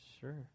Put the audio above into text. sure